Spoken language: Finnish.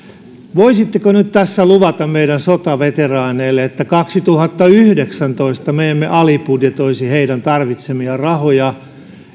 voisitteko nyt tässä luvata meidän sotaveteraaneille että kaksituhattayhdeksäntoista me emme alibudjetoisi heidän tarvitsemiaan rahoja